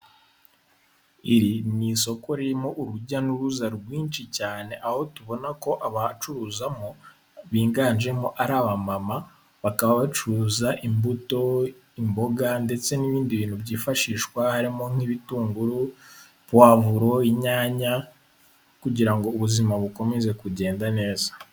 Iri ni isoko ririmo urujya n'uruza rwinshi cyane, aho tubona ko abacuruzamo biganjemo ari abamama, bakaba bacuruza imbuto, imboga ndetse n'ibindi bintu byifashishwa harimo nk'ibitunguru, puwavuro, inyanya kugira ngo ubuzima bukomeze kugenda neza.